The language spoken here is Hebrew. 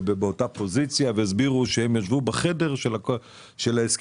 האוצר הסביר שהם ישבו בחדר של ההסכמים